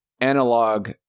analog